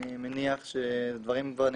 אני מניח שדברים כבר נאמרו,